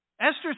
Esther